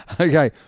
Okay